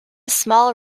small